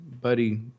buddy